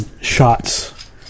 shots